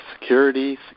security